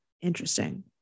interesting